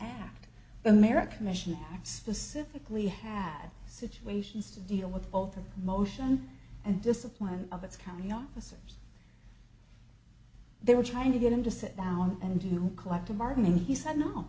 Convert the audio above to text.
act america mission specifically had situations to deal with both the motion and discipline of its county officers they were trying to get him to sit down and do collective bargaining he said no